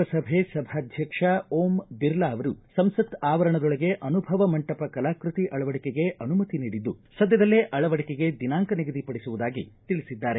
ಲೋಕಸಭೆ ಸಭಾಧ್ಯಕ್ಷ ಓಂ ಬಿರ್ಲಾ ಅವರು ಸಂಸತ್ ಆವರಣದೊಳಗೆ ಅನುಭವ ಮಂಟಪ ಕಲಾಕೃತಿ ಅಳವಡಿಕೆಗೆ ಅನುಮತಿ ನೀಡಿದ್ದು ಸದ್ದದಲ್ಲೇ ಅಳವಡಿಕೆಗೆ ದಿನಾಂಕ ನಿಗದಿಪಡಿಸುವುದಾಗಿ ತಿಳಿಸಿದ್ದಾರೆ